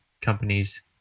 companies